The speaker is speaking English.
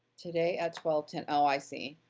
today at twelve ten, oh, i see.